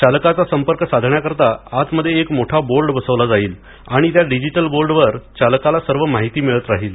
चालकाशी संपर्क साधण्याकरता आतमध्ये एक मोठा बोर्ड बसवला जाईल आणि त्या डिजिटल बोर्डवर चालकाला सर्व माहिती मिळत राहील